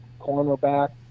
cornerback